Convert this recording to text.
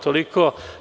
Toliko.